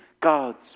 God's